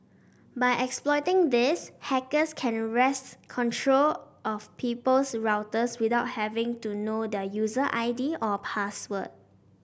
by exploiting this hackers can wrests control of people's routers without having to know their user I D or password